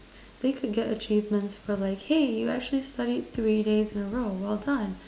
they could get achievements for like hey you actually studied three days in a row well done